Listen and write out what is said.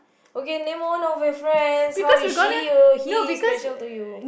okay name of your friends how is she or he special to you